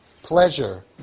Pleasure